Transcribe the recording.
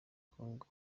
congo